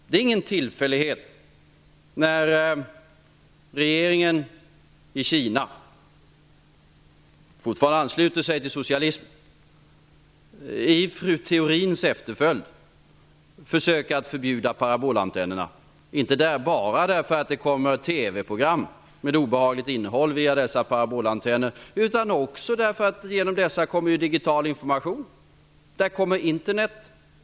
Det är inte någon tillfällighet när regeringen i Kina, som fortfarande ansluter sig till socialismen, i fru Theorins efterföljd försöker att förbjuda parabolantennerna. Det gör man inte bara därför att det kommer TV program med obehagligt innehåll via dessa parabolantenner, utan också därför att digital information kommer genom dessa.